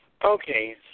Okay